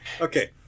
okay